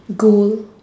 gold